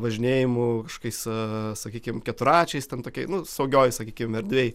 važinėjimu kažkokiais sakykim keturračiais ten tokioj nu saugioj sakykim erdvėj